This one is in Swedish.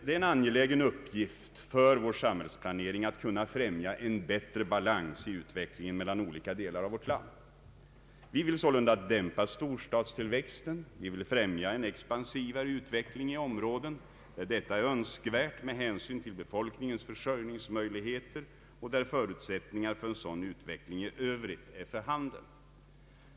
Det är en angelägen uppgift för vår samhällsplanering att kunna främja en bättre balans i utvecklingen mellan olika delar av vårt land. Vi vill sålunda dämpa storstadstillväxten och främja en expansivare utveckling i områden där detta är önskvärt med hänsyn till befolkningens försörjningsmöjligheter och där förutsättningar för en sådan utveckling för övrigt är för handen.